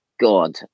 god